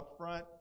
upfront